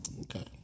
Okay